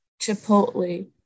Chipotle